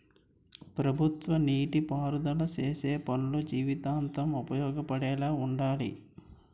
ప్రభుత్వ నీటి పారుదల సేసే పనులు జీవితాంతం ఉపయోగపడేలా వుండాలి